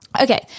Okay